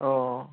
अ